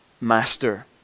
master